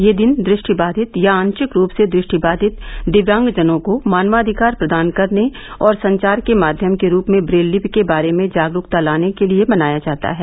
यह दिन दृष्टिबावित या आंशिक रूप से दृष्टिबाधित दिव्यांगजनों को मानवाधिकार प्रदान करने और संचार के माध्यम के रूप में ब्रेल लिपि के बारे में जागरूकता लाने के लिए मनाया जाता है